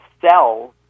cells